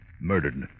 Murdered